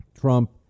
Trump